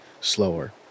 slower